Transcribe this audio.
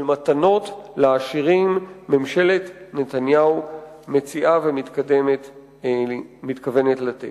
של מתנות לעשירים ממשלת נתניהו מציעה ומתכוונת לתת.